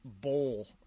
bowl